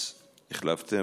אז החלפתן.